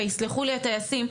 ויסלחו לי הטייסים,